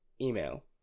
email